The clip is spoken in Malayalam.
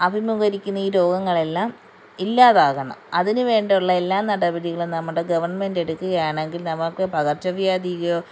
അഭിമുഖീകരിക്കുന്ന ഈ ലോകങ്ങളെല്ലാം ഇല്ലാതാകണം അതിനു വേണ്ടിയുള്ള എല്ലാ നടപടികളും നമ്മുടെ ഗവൺമെൻറ് എടുക്കുകയാണെങ്കിൽ നമുക്ക് പകർച്ചവ്യാധിയോ